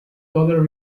dollar